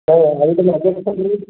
ଆଉ ହଉ ଅଛି